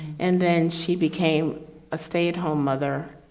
and then she became a stay-at-home mother,